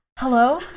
hello